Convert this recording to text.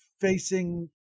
facing